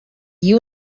you